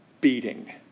beating